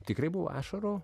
tikrai buvo ašarų